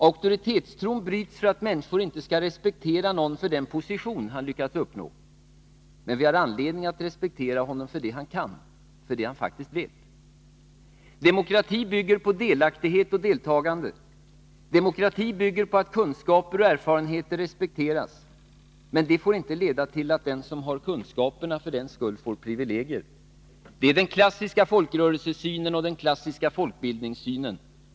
Auktoritetstron bryts för att människor inte skall respektera någon för den position som han lyckats uppnå. Men vi har anledning att respektera honom för det han kan, för det han faktiskt vet. Demokrati bygger på delaktighet och deltagande. Demokrati bygger på att kunskaper och erfarenheter respekteras. Men det får inte leda till att den som har kunskaperna för den skull får privilegier. Det är den klassiska folkrörelsesynen och den klassiska folkbildningssynen.